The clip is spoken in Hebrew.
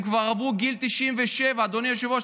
הם כבר עברו את גיל 97. אדוני היושב-ראש,